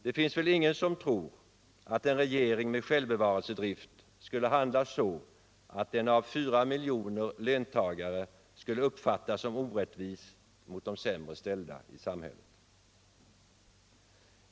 Det finns väl ingen som tror att en regering med självbevarelsedrift skulle handla så. att den av 4 miljoner löntagare skulle uppfattas som orättvis mot de sämre ställda i samhället.